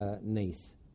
...niece